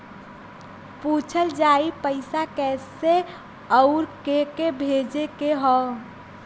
पूछल जाई पइसा कैसे अउर के के भेजे के हौ